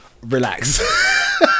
Relax